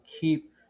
keep